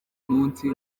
munsi